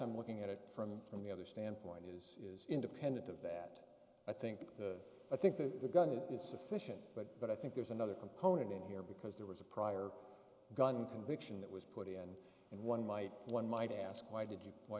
i'm looking at it from from the other standpoint is is independent of that i think the i think the gun is sufficient but but i think there's another component here because there was a prior gun conviction that was put in and one might one might ask why did you wh